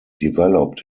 developed